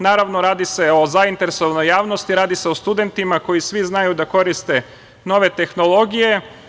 Naravno, radi se o zainteresovanoj javnosti i radi se o studentima, koji svi znaju da koriste nove tehnologije.